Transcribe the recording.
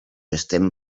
estem